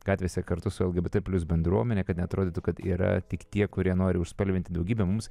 gatvėse kartu su lgbt plius bendruomene kad neatrodytų kad yra tik tie kurie nori užspalvinti daugybę mums